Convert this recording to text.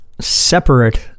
separate